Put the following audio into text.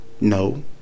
No